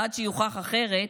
עד שיוכח אחרת,